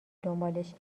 دنبالش